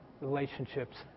relationships